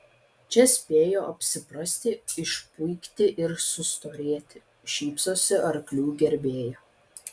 čia spėjo apsiprasti išpuikti ir sustorėti šypsosi arklių gerbėja